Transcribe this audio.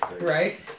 right